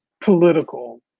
political